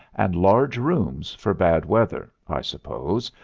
and large rooms for bad weather, i suppose,